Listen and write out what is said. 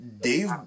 Dave